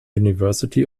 university